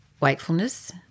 wakefulness